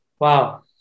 Wow